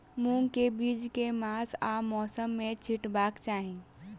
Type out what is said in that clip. मूंग केँ बीज केँ मास आ मौसम मे छिटबाक चाहि?